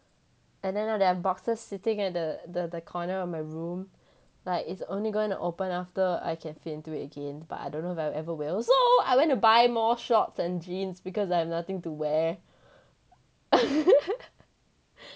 and then there are boxes sitting at the the corner of my room like it's only going to open after I can fit into it again but I don't know if I ever will so I went to buy more shorts and jeans because I have nothing to wear